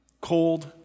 Cold